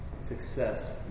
success